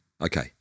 Okay